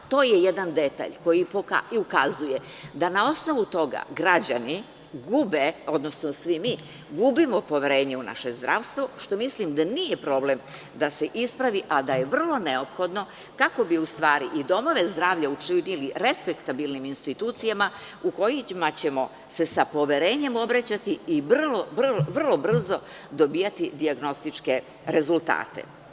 To je jedan detalj koji ukazuje da na osnovu toga građani gube, odnosno svi mi gubimo poverenje u naše zdravstvo što mislim da nije problem da se ispravi, a da je vrlo neophodno kako bi u stvari i domove zdravlja učinili respektabilnim institucijama u kojima ćemo se sa poverenjem obraćati i vrlo, vrlo brzo dobijati dijagnostičke rezultate.